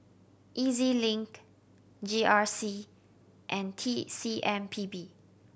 E Z Link G R C and T C M P B